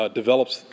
develops